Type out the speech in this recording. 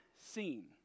seen